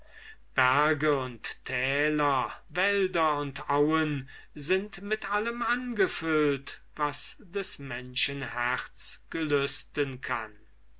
berge und täler wälder und auen sind mit allem angefüllt was des menschen herz gelüsten kann